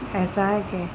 ایسا ہے کہ